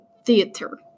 Theater